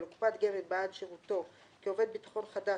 לקופת גמל בעד שירותו כעובד ביטחון חדש,